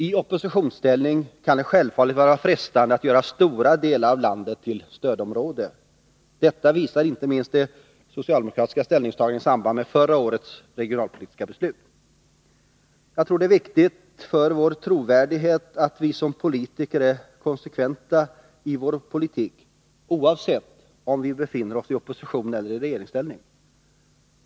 I oppositionsställning kan det självfallet vara frestande att göra stora delar av landet till stödområde. Detta visar inte minst de socialdemokratiska ställningstagandena i samband med förra årets regionalpolitiska beslut. Jag tror att det är viktigt för vår trovärdighet att vi som politiker är konsekventa i vår politik, oavsett om vi befinner oss i opposition eller i regeringsställning.